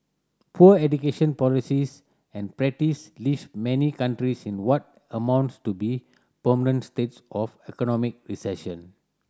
poor education policies and practice leave many countries in what amounts to be permanent states of economic recession